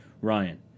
Ryan